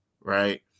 right